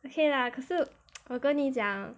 okay lah 可是我跟你讲